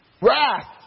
wrath